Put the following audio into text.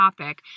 topic